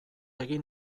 egin